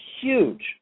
huge